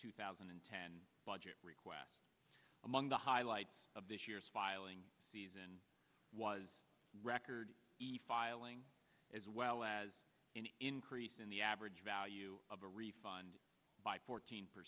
two thousand and ten budget request among the highlights of this year's filing season was record filing as well as an increase in the average value of a refund by fourteen per